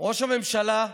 ראש הממשלה,